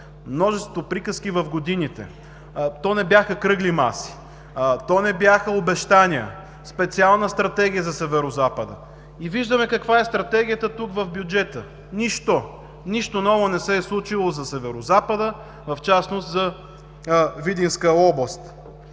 Множество приказки в годините – то не бяха кръгли маси, не бяха обещания, специална стратегия за Северозапада. И виждаме каква е стратегията в бюджета. Нищо! Нищо ново не се е случило за Северозапада, в частност за Видинска област.